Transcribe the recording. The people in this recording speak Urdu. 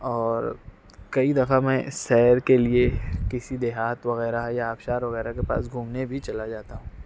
اور کئی دفعہ میں سیر کے لیے کسی دیہات وغیرہ یا آبشار وغیرہ کے پاس گھومنے بھی چلا جاتا ہوں